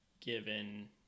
given